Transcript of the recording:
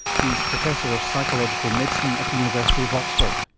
he's professor of psychological medicine at the university of oxford.